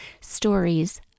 stories